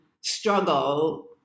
struggle